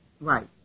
Right